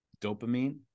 dopamine